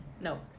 No